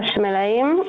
חשמלאים מעשיים.